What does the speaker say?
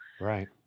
Right